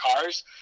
cars